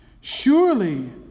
Surely